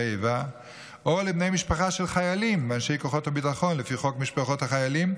או לבני משפחה של חיילים ואנשי כוחות הביטחון לפי חוק משפחות חיילים,